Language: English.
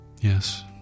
Yes